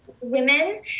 women